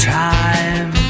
time